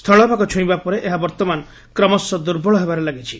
ସ୍ଚଳଭାଗ ଛୁଇଁବା ପରେ ଏହା ବର୍ଉମାନ କ୍ରମଶଃ ଦୁର୍ବଳ ହେବାରେ ଲାଗିଛି